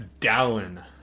Dallin